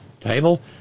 Table